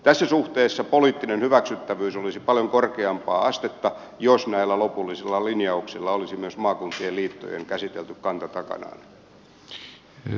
tässä suhteessa poliittinen hyväksyttävyys olisi paljon korkeampaa astetta jos näillä lopullisilla linjauksilla olisi myös maakuntien liittojen käsitelty kanta takanaan